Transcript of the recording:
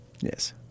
Yes